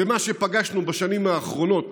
ומה שפגשנו בשנים האחרונות,